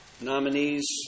nominees